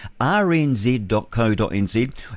rnz.co.nz